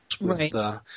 Right